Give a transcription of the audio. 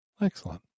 Excellent